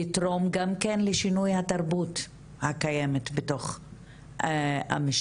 יתרום גם כן לשינוי התרבות הקיימת בתוך המשטרה.